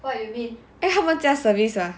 因为他们加 service mah